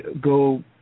go